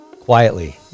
Quietly